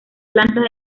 plantas